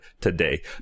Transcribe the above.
today